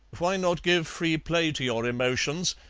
why not give free play to your emotions,